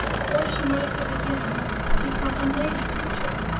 or she might have again become a mighty creature,